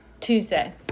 Tuesday